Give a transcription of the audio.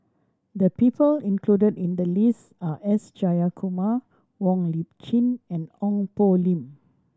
the people included in the list are S Jayakumar Wong Lip Chin and Ong Poh Lim